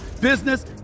business